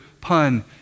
pun